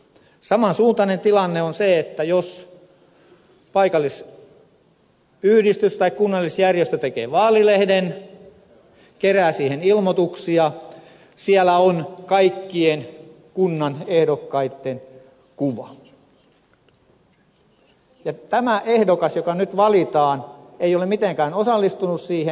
samansuuntainen tilanne on se että paikallisyhdistys tai kunnallisjärjestö tekee vaalilehden kerää siihen ilmoituksia siellä on kaikkien kunnan ehdokkaitten kuva ja tämä ehdokas joka nyt valitaan ei ole mitenkään osallistunut siihen